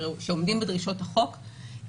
שעומדים בדרישות החוק,